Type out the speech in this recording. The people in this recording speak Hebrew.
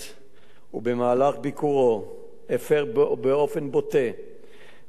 ובמהלך ביקורו הפר באופן בוטה ופומבי,